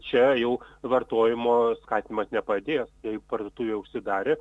čia jau vartojimo skatinimas nepadės jei parduotuvė užsidarė